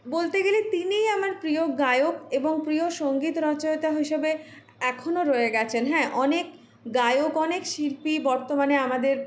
বলতে গেলে তিনিই আমার প্রিয় গায়ক এবং প্রিয় সংগীত রচয়িতা হিসাবে এখনো রয়ে গেছেন হ্যাঁ অনেক গায়ক অনেক শিল্পী বর্তমানে আমাদের